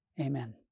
Amen